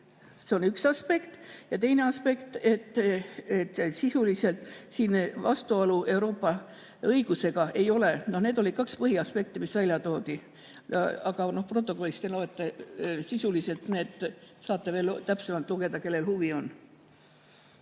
See on üks aspekt. Teine aspekt on see, et sisuliselt siin vastuolu Euroopa õigusega ei ole. Need olid kaks põhiaspekti, mis välja toodi. Aga protokollist te saate veel täpsemalt lugeda, kellel huvi on.